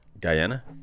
Guyana